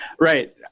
Right